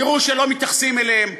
תראו שלא מתייחסים אליהם.